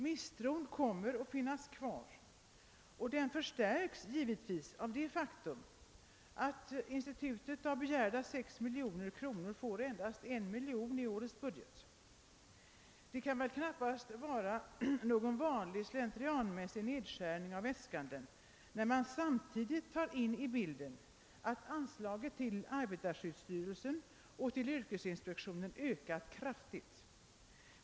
Misstron kommer att finnas kvar, och den förstärks givetvis av det faktum att institutet av begärda 6 miljoner får endast 1 miljon kronor i årets budget. Detta kan väl knappast vara någon slentrianmässig nedskärning av äskandet, särskilt mot bakgrunden av att anslagen till arbetarskyddsstyrelsen och yrkesinspektionen ökat kraftigt.